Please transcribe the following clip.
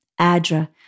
ADRA